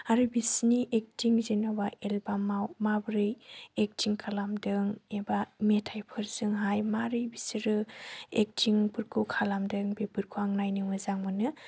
आरो बिसोरनि एक्टिं जेन'बा एलबामा माबोरै एक्टिं खालामदों एबा मेथाइफोरजोंहाय माबोरै बिसोरो एक्टिंफोरखौ खालामदों बेफोरखौ आं नायनो मोजां मोनो